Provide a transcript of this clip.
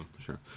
Sure